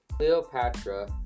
Cleopatra